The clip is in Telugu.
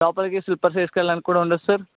లోపలికి స్లిప్పర్స్ వేసుకెళ్ళడానికి కూడా ఉండదు సార్